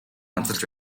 онцолж